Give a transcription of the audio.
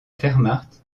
wehrmacht